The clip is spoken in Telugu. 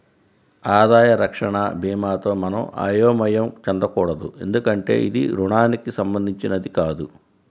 ఆదాయ రక్షణ భీమాతో మనం అయోమయం చెందకూడదు ఎందుకంటే ఇది రుణానికి సంబంధించినది కాదు